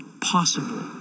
possible